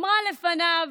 אמרה לפניו